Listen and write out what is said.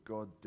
God